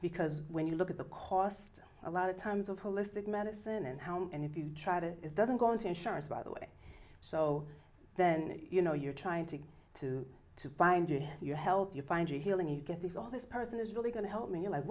because when you look at the cost a lot of terms of holistic medicine and how and if you try to is doesn't go into insurance by the way so then you know you're trying to go to to find your help you find your healing you get this all this person is really going to help me